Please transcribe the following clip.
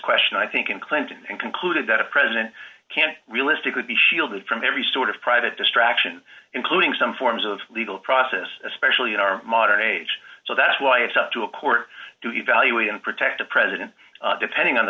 question i think in clinton and concluded that a president can realistically be shielded from every sort of private distraction including some forms of legal process especially in our modern age so that's why it's up to a court to evaluate and protect the president depending on the